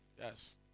Yes